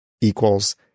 equals